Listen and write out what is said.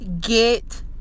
get